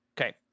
Okay